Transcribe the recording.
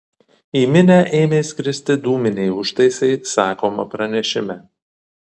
į minią ėmė skristi dūminiai užtaisai sakoma pranešime